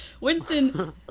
Winston